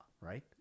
Right